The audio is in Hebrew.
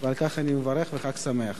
ועל כך אני מברך, וחג שמח.